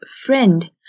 friend